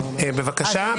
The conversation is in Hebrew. בבקשה.